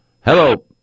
hello